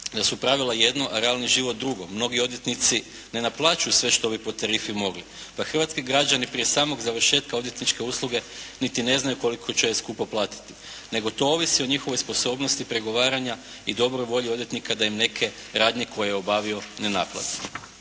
da su pravila jedno, a realni život drugo. Mnogi odvjetnici ne naplaćuju sve što bi po tarifi mogli. Pa hrvatski građani prije samog završetka odvjetničke usluge niti ne znaju koliko će skupo platiti, nego to ovisi o njihovoj sposobnosti pregovaranja i dobroj volji odvjetnika da im neke radnje koje je obavio ne naplati.